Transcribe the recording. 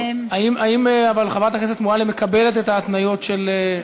האם חברת הכנסת מועלם מקבלת את ההתניות של משרד המשפטים?